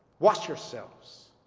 wash yourselves,